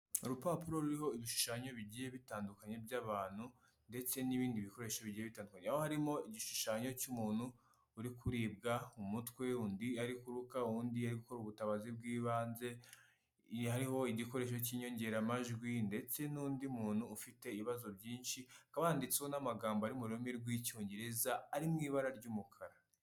Urupapuro ruriho ibishushanyo bigiye bitandukanye by'abantu ndetse n'ibindi bikoresho bigiye bitandukanye, aho hariho igishushanyo cy'umuntu uri kuribwa umutwe, undi ari kuruka, undi arigukora ubutabazi bw'ibanze, hariho igikoresho cy'inyongeramajwi ndetse n'undi muntu ufite ibibazo byinshi, hakaba handitseho n'amagambo ari mu rurimi rw'icyongereza ari mu ibara ry'umukara.